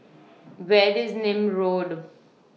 Where IS Nim Road